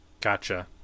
Gotcha